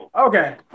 Okay